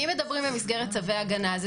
אם אנחנו מדברים במסגרת צווי הגנה,